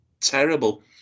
terrible